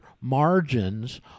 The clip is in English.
margins